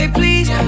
please